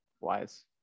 wise